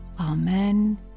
Amen